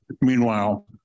Meanwhile